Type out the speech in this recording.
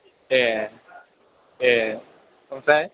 ए ए ओमफ्राय